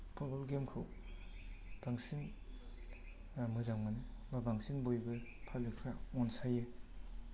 football गेमखौ बांसिन मोजां मोनो बा बांसिन बयबो पाब्लिग फ्रा अनसायो